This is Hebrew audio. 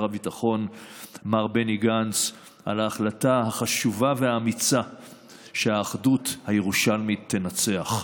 הביטחון מר בני גנץ על ההחלטה החשובה והאמיצה שהאחדות הירושלמית תנצח.